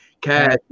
Cash